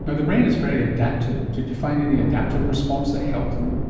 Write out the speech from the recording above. but the brain is very adaptive. did you find any adaptive response that helped them?